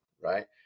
Right